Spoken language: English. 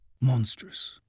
monstrous